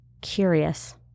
curious